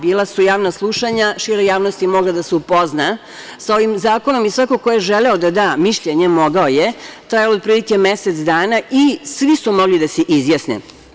Bila su javna slušanja, šira javnost je mogla da se upozna sa ovim zakonom i svako ko je želeo da da mišljenje, mogao je, to je otprilike mesec dana, i svi su mogli da se izjasne.